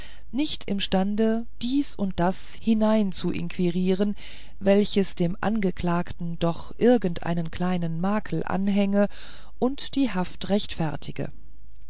nicht imstande dies und das hineinzuinquirieren welches dem angeklagten doch irgendeinen kleinen makel anhänge und die haft rechtfertige